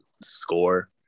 score